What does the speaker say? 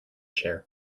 chair